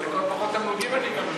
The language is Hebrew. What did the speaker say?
אבל לכל הפחות תמלוגים אני אקבל על זה.